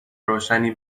روشنی